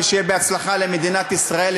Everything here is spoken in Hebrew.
ושיהיה בהצלחה למדינת ישראל,